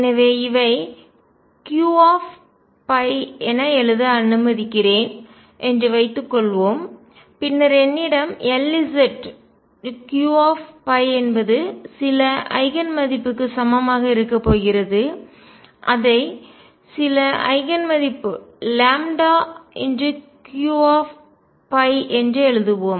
எனவே இவை Q என எழுத அனுமதிக்கிறேன் என்று வைத்துக்கொள்வோம் பின்னர் என்னிடம் Lz Q என்பது சில ஐகன் மதிப்புக்கு சமமாக இருக்கப் போகிறது அதை சில ஐகன் மதிப்பு λ Q என்று எழுதுவோம்